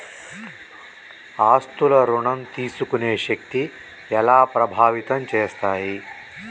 ఆస్తుల ఋణం తీసుకునే శక్తి ఎలా ప్రభావితం చేస్తాయి?